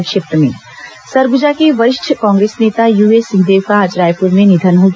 संक्षिप्त समाचार सरगुजा के वरिष्ठ कांग्रेस नेता यूएस सिंहदेव का आज रायपुर में निधन हो गया